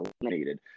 eliminated